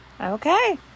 Okay